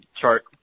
chart